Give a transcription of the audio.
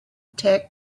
tech